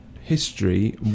history